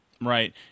Right